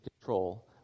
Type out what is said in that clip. control